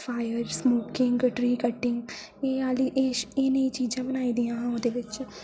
fire smoking tree cutting एह् आह्ली एह् चीजां बनाई दियां हां ओह्दे बिच